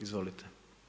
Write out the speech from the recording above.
Izvolite.